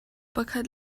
pakhat